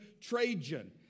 Trajan